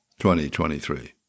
2023